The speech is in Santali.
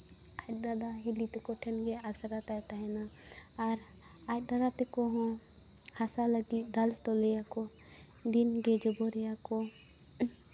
ᱟᱡ ᱫᱟᱫᱟ ᱦᱤᱞᱤ ᱛᱟᱠᱚ ᱴᱷᱮᱱ ᱜᱮ ᱟᱥᱲᱟ ᱛᱟᱭ ᱛᱟᱦᱮᱱᱟ ᱟᱨ ᱟᱡ ᱫᱟᱫᱟ ᱛᱟᱠᱚ ᱦᱚᱸ ᱦᱟᱥᱟ ᱞᱟᱹᱜᱤᱫ ᱫᱟᱞ ᱛᱚᱞᱮᱭᱟᱠᱚ ᱫᱤᱱᱜᱮ ᱡᱚᱵᱚᱨᱮᱭᱟ ᱠᱚ